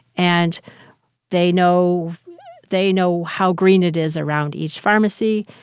and they know they know how green it is around each pharmacy,